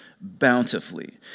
bountifully